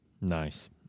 Nice